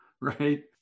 right